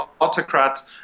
autocrat